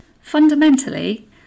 Fundamentally